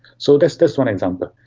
so that's that's one example.